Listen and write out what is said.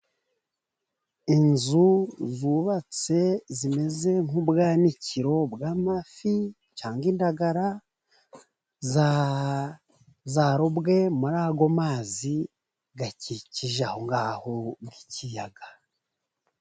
Inzu zubatse, zimeze nk'ubwanikiro bw'amafi, cyangwa indagara zarobwe muri ayo mazi akikije aho ngaho mu kiyaga.